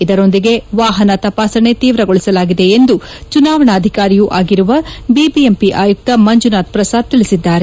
ಇದರೊಂದಿಗೆ ವಾಹನ ತಪಾಸಣೆ ತೀವ್ರಗೊಳಿಸಲಾಗಿದೆ ಎಂದು ಚುನಾವಣಾಧಿಕಾರಿಯೂ ಆಗಿರುವ ಬಿಬಿಎಂಪಿ ಆಯುಕ್ತ ಮಂಜುನಾಥ್ ಪ್ರಸಾದ್ ತಿಳಿಸಿದ್ದಾರೆ